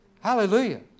Hallelujah